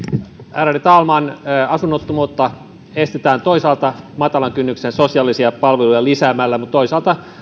ärade talman asunnottomuutta estetään toisaalta matalan kynnyksen sosiaalisia palveluja lisäämällä mutta toisaalta